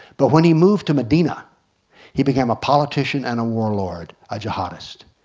but when he moved to medina he became a politician and a warlord. a jihadist.